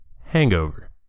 hangover